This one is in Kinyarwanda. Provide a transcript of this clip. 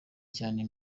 cyane